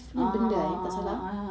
ah